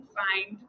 find